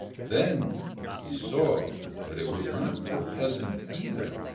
then he saw that it was not the peasant either,